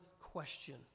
question